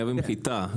מייבאים חיטה,